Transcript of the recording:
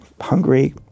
hungry